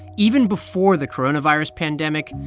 even before the coronavirus pandemic,